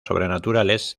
sobrenaturales